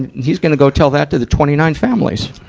and he's gonna go tell that to the twenty nine families.